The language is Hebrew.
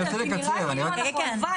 עשיתי סדר כי נראה כאילו אנחנו הלוואי